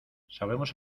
sabemos